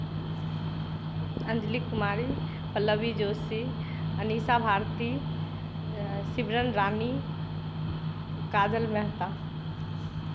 Anjali Kumari Pallavi Joshi Anisha Bharti Simran Rani Kajal Mehta